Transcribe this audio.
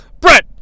Brett